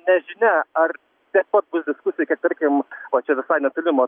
nežinia ar tiek pat bus diskusijų kiek tarkim va čia visai netoli matau